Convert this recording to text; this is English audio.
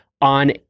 on